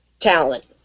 talent